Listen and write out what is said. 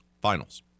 Finals